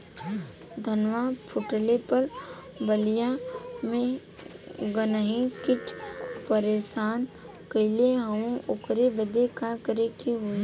धनवा फूटले पर बलिया में गान्ही कीट परेशान कइले हवन ओकरे बदे का करे होई?